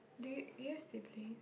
do you do you have siblings